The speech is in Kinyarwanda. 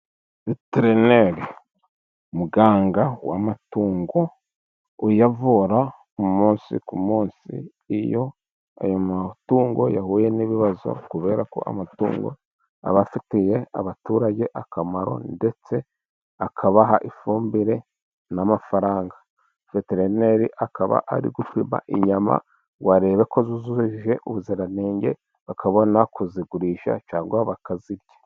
Veterineri, muganga w'amatungo uyavura umunsi ku munsi, iyo ayo matungo yahuye n'ibibazo, kubera ko amatungo aba afitiye abaturage akamaro ,ndetse akabaha ifumbire n'amafaranga ,veterineri akaba ari gupima inyama ngo arebe ko zujuje ubuziranenge ,bakabona kuzigurisha cyangwa bakazirya.